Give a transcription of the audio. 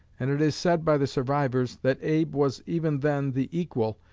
and it is said by the survivors that abe was even then the equal,